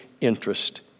interest